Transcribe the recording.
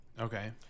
Okay